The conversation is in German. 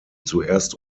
zuerst